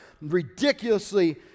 ridiculously